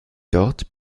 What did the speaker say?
dort